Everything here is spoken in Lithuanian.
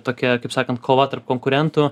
tokia kaip sakant kova tarp konkurentų